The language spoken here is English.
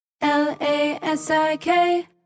L-A-S-I-K